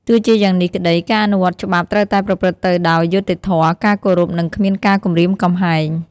ទោះជាយ៉ាងនេះក្ដី ការអនុវត្តច្បាប់ត្រូវតែប្រព្រឹត្តទៅដោយ យុត្តិធម៌ ការគោរព និង គ្មានការគំរាមកំហែង។